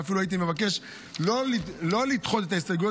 ואפילו הייתי מבקש לא לדחות את ההסתייגות